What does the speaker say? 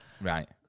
right